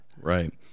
right